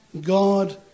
God